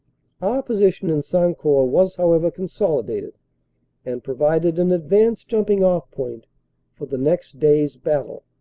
our position in san court was however consolidated and provided an advanced jumping-off point for the next day's battle.